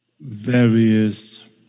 various